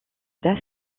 das